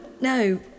No